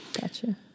Gotcha